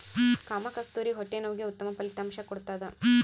ಕಾಮಕಸ್ತೂರಿ ಹೊಟ್ಟೆ ನೋವಿಗೆ ಉತ್ತಮ ಫಲಿತಾಂಶ ಕೊಡ್ತಾದ